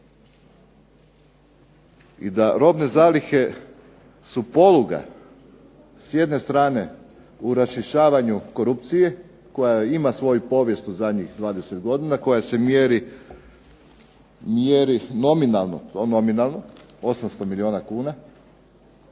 i da robne zalihe su poluga s jedne strane u raščišćavanju korupcije koja ima svoju povijest u zadnjih 20 godina, koja se mjeri nominalno 800 milijuna kuna,